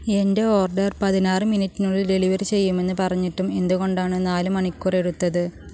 എന്റെ ഓർഡർ പതിനാറ് മിനിറ്റിനുള്ളിൽ ഡെലിവർ ചെയ്യുമെന്ന് പറഞ്ഞിട്ടും എന്തുകൊണ്ടാണ് നാല് മണിക്കൂർ എടുത്തത്